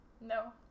No